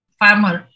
farmer